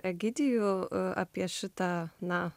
egidijų apie šitą na